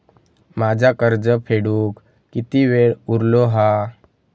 माझा कर्ज फेडुक किती वेळ उरलो हा?